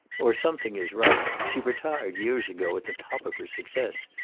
or something is right. she retired years ago, at the top of her success.